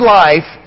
life